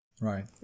Right